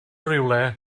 rywle